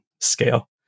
scale